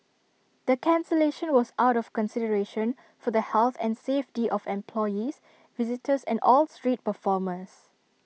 the cancellation was out of consideration for the health and safety of employees visitors and all street performers